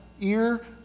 ear